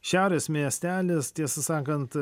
šiaurės miestelis tiesą sakant